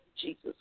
Jesus